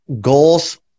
goals